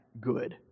good